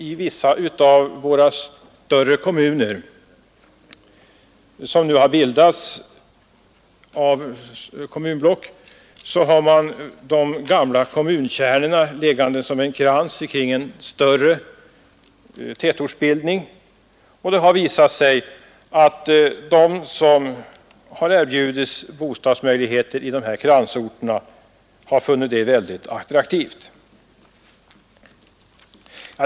I vissa av våra större kommunblock, som nu blivit kommuner, har man de gamla kommunkärnorna liggande som en krans kring en större tätortsbildning, och det har visat sig att de som erbjudits bostadsmöjligheter i dessa kransorter har funnit det mycket attraktivt att bo där.